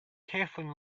kathleen